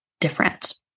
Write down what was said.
different